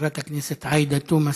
חברת הכנסת עאידה תומא סלימאן,